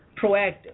proactive